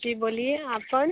जी बोलिये आप कौन